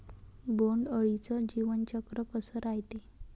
बोंड अळीचं जीवनचक्र कस रायते?